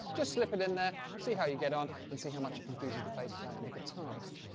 just slip it in there, see how you get on and see how much it confuses the bass player and the guitarist.